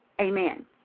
Amen